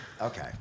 Okay